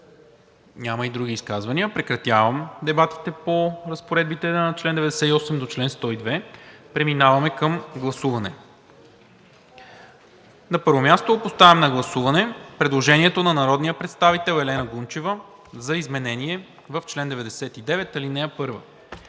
Няма. Други изказвания? Няма. Прекратявам дебатите по разпоредбите на чл. 98 до чл. 102. Преминаваме към гласуване. Поставям на гласуване предложението на народния представител Елена Гунчева за изменение в чл. 99, ал. 1.